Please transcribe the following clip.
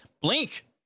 Blink